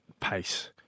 pace